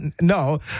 no